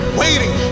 waiting